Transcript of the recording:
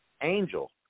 angel